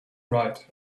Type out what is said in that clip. right